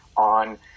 on